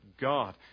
God